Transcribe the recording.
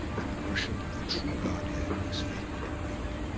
and the worship of the true godhead was faint and weak,